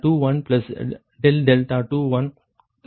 3 ஆக 2